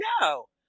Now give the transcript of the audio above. no